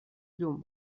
llum